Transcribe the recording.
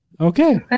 Okay